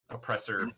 Oppressor